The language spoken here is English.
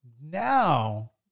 Now